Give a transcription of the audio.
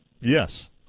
Yes